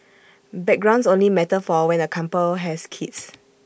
backgrounds only matter for when A couple has kids